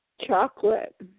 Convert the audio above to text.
Chocolate